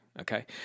okay